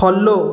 follow